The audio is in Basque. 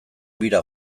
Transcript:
bira